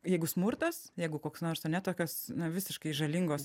jeigu smurtas jeigu koks nors ane tokios na visiškai žalingos